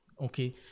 okay